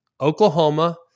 Oklahoma